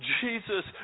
Jesus